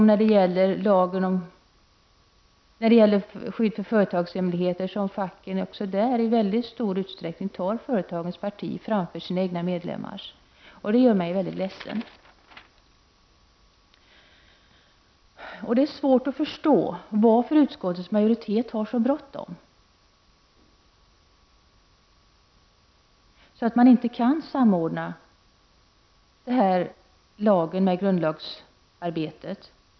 När det gäller lagen om skydd för företagshemligheter verkar det alltså som om facken i väldigt stor utsträckning tar företagens parti framför sina egna medlemmars. Det gör mig mycket ledsen. Det är svårt att förstå varför utskottets majoritet har så bråttom att man inte kan samordna den här lagen med grundlagsarbetet.